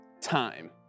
time